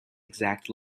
exact